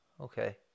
okay